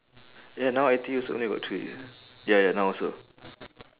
ya now I_T_E also only got three ya ya now also